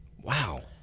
Wow